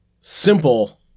simple